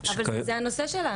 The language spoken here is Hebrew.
--- אבל זה הנושא שלנו.